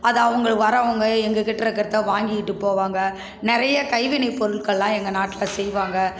அதை அவங்கள் வர்றவங்க எங்கள்கிட்ட இருக்கிறத வாங்கிட்டுப் போவாங்க நிறைய கைவினைப் பொருட்களெலாம் எங்கள் நாட்டில் செய்வாங்க